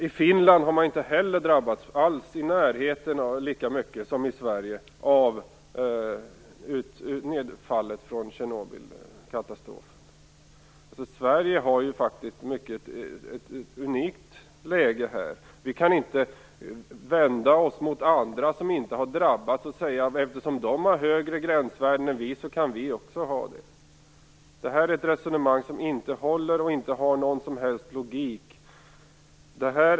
I Finland har man inte heller drabbats lika mycket som i Sverige av nedfallet från Sverige har faktiskt ett mycket unikt läge. Vi kan inte vända oss mot andra som inte har drabbats. Vi kan inte säga att eftersom de har högre gränsvärden än vi har kan vi höja våra värden. Det är ett resonemang som inte håller och som inte har någon som helst logik.